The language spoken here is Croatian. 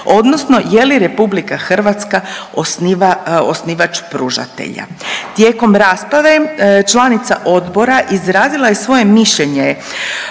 odnosno je li RH osniva, osnivač pružatelja. Tijekom rasprave članica odbora izrazila je svoje mišljenje